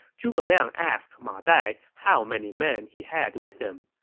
zhuge liang asked ma dai how many men he had with him.